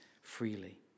freely